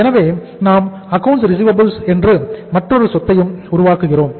எனவே நாம் accounts receivables என்று மற்றொரு சொத்தையும் உருவாக்குகிறோம்